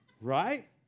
Right